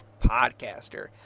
podcaster